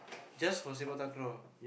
just for sepak-takraw